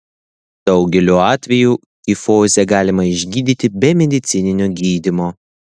daugeliu atvejų kifozę galima išgydyti be medicininio gydymo